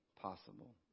possible